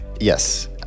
Yes